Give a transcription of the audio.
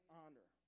honor